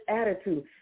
attitude